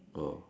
oh